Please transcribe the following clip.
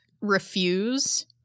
refuse